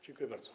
Dziękuję bardzo.